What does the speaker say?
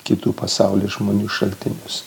kitų pasaulio žmonių šaltinius